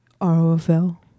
R-O-F-L